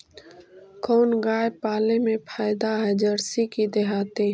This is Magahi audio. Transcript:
कोन गाय पाले मे फायदा है जरसी कि देहाती?